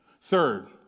Third